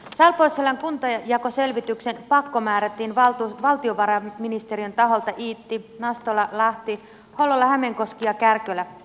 salpausselän kuntajakoselvitykseen pakkomäärättiin valtiovarainministeriön taholta iitti nastola lahti hollola hämeenkoski ja kärkölä